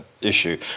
issue